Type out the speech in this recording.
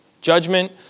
Judgment